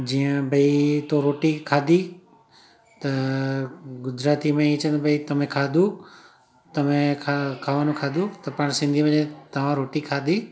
जीअं भई तू रोटी खाधी त गुजराती में ईअं चवनि तमे खाधू तमे खां खावनो खाधू त पाण सिंधी में तव्हां रोटी खाधी